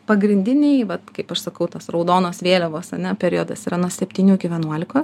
pagrindiniai vat kaip aš sakau tas raudonos vėliavos ar ne periodas yra nuo septynių iki vienuolikos